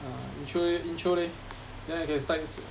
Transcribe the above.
ah intro leh intro leh then I can start ins~